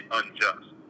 unjust